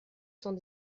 cent